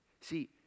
See